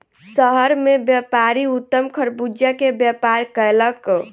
शहर मे व्यापारी उत्तम खरबूजा के व्यापार कयलक